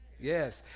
Yes